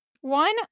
one